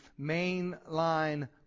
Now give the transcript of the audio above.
mainline